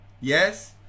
yes